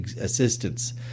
assistance